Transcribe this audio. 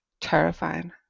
terrifying